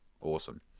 awesome